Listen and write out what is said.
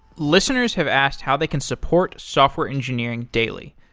listeners have asked how they can support software engineering daily.